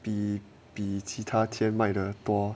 比比其他天买的多